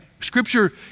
Scripture